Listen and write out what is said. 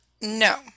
no